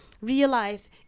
realize